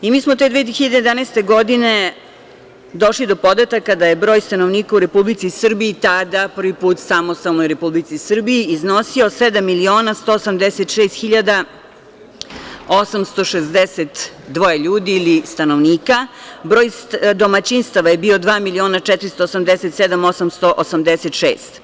Mi smo te 2011. godine došli do podataka da je broj stanovnika u Republici Srbiji, tada prvi put samostalnoj Republici Srbiji, iznosio 7.186.862 ljudi ili stanovnika, broj domaćinstava je bio 2.487.886.